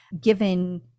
given